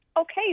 Okay